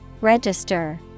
Register